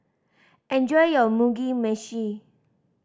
enjoy your Mugi Meshi